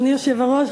אדוני היושב-ראש,